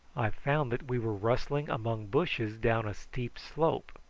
i found that we were rustling among bushes down a steep slope.